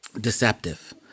Deceptive